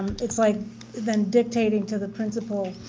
it's like them dictating to the principal,